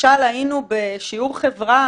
משל היינו בשיעור חברה